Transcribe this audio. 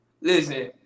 Listen